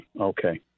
Okay